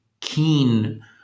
keen